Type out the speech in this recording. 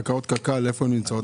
איפה קרקעות קק"ל נמצאות?